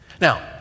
now